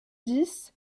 dix